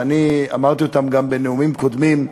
ואני אמרתי זאת גם בנאומים קודמים,